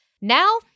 Now